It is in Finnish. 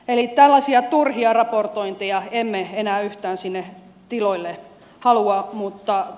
eli tällaisia turhia raportointeja emme enää yhtään sinne tiloille halua